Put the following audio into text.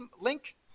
link